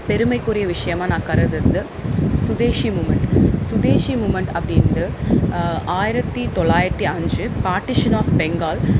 பெருமைக்குரிய விஷயமா நான் கருத்துகிறது சுதேசி மூமெண்ட் சுதேசி மூமெண்ட் அப்படின்டு ஆயிரத்து தொள்ளாயிரத்தி அஞ்சி பார்ட்டிஷன் ஆஃப் பெங்கால்